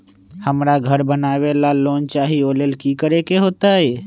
हमरा घर बनाबे ला लोन चाहि ओ लेल की की करे के होतई?